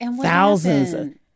thousands